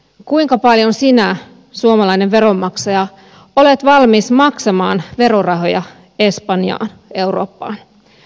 kuinka paljon sinä suomalainen veronmaksaja olet valmis maksamaan verorahoja espanjaan eurooppaan